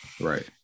Right